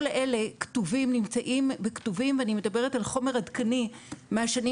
כל אלה נמצאים בכתובים ואני מדברת על חומר עדכני מהשנים